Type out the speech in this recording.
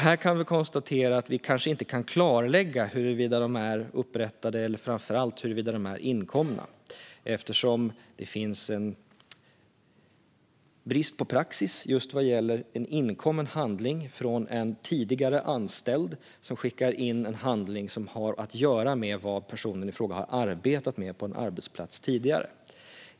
Här kan vi konstatera att vi kanske inte kan klarlägga huruvida de är upprättade eller framför allt inkomna, eftersom det är brist på praxis just vad gäller en inkommen handling från en tidigare anställd som skickar in en handling som har att göra med vad personen i fråga har arbetat med på en arbetsplats tidigare.